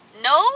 No